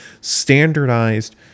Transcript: standardized